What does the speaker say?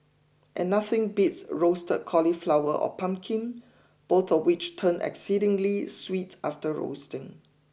and nothing beats Roasted Cauliflower or pumpkin both of which turn exceedingly sweet after roasting